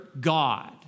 God